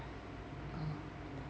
oh